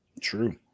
True